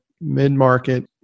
mid-market